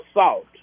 assault